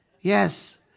yes